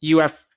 UF